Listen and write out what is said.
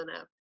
up